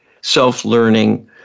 self-learning